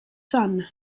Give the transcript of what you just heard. son